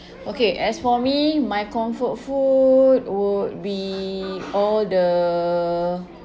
okay as for me my comfort food would be all the